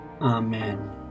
Amen